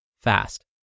fast